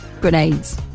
grenades